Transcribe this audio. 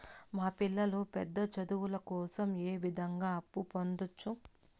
మా పిల్లలు పెద్ద చదువులు కోసం ఏ విధంగా అప్పు పొందొచ్చు?